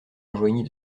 enjoignit